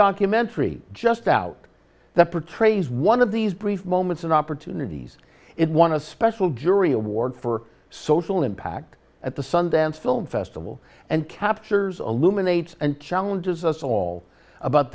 documentary just out that for traces one of these brief moments and opportunities it won a special jury award for social impact at the sundance film festival and captures illuminates and challenges us all about